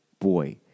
boy